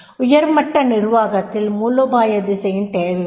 உயர் மட்ட நிர்வாகத்தில் மூலோபாய திசையின் தேவை உள்ளது